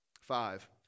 Five